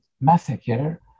massacre